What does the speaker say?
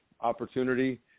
opportunity